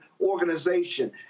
Organization